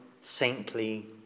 saintly